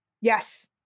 Yes